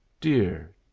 dear